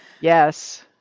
Yes